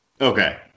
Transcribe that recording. Okay